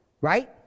Right